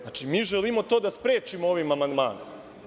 Znači, mi želimo to da sprečimo ovim amandmanom.